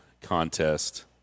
contest